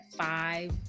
five